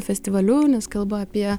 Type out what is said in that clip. festivaliu nes kalba apie